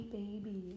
baby